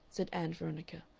said ann veronica,